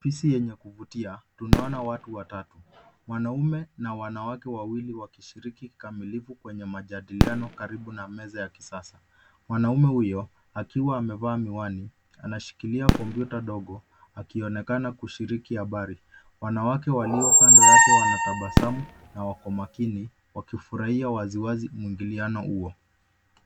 Ofisi yenye kuvutia tunaona watu watatu, mwanaume na wanawake wawili wakishiriki kikamilifu kwenye majadiliano karibu na meza ya kisasa. Mwanaume huyo akiwa amevaa miwani anashikilia kompyuta ndogo akionekana kushiriki habari. Wanawake walio kando yake wanatabasamu na wako makini wakifurahia waziwazi mwingiliano huo.